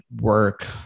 work